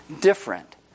different